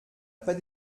pas